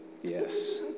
yes